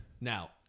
Now